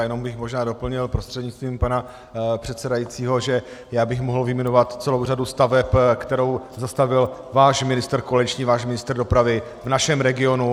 Jenom bych možná doplnil prostřednictvím pana předsedajícího, že já bych mohl vyjmenovat celou řadu staveb, kterou zastavil váš ministr koaliční, váš ministr dopravy v našem regionu.